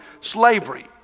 slavery